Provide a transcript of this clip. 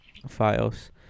files